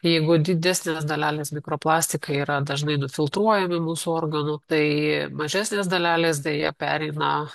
jeigu didesnės dalelės mikroplastikai yra dažnai nufiltruojami mūsų organų tai mažesnės dalelės deja pereina